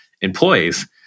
employees